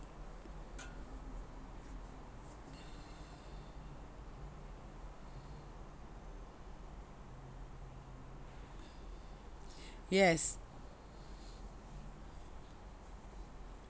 yes